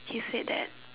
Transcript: he said that